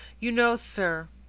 you know, sir,